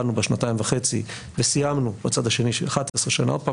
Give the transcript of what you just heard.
התחלנו בשנתיים וחצי וסיימנו בצד השני של 11 שנה עוד פעם,